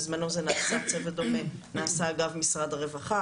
בזמנו צוות דומה נעשה למשרד הרווחה,